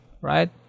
right